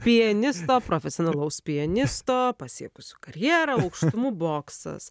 pianisto profesionalaus pianisto pasiekusio karjerą aukštumų boksas